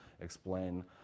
explain